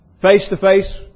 face-to-face